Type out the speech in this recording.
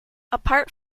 apart